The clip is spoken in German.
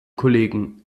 kollegen